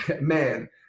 man